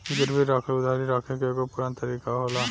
गिरवी राखल उधारी रखे के एगो पुरान तरीका होला